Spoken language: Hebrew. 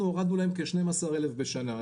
אנחנו הורדנו להם כ-12,000 בשנה.